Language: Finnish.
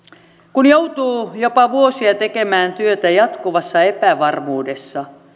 kun joutuu jopa vuosia tekemään työtä jatkuvassa epävarmuudessa